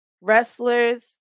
wrestlers